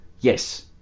yes